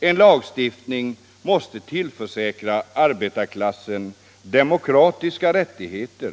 En lagstiftning måste tillförsäkra arbetarklassen demokratiska rättigheter.